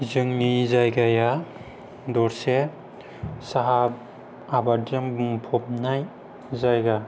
जोंनि जायगाया दरसे साहा आबादजों बुफबनाय जायगा